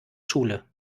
schule